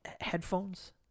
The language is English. headphones